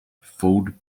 ford